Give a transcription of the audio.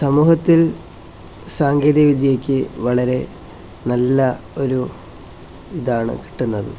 സമൂഹത്തിൽ സാങ്കേതിക വിദ്യയ്ക്ക് വളരെ നല്ല ഒരു ഇതാണ് കിട്ടുന്നത്